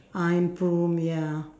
ah improve ya